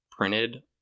printed